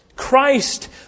Christ